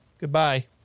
Goodbye